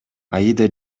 аида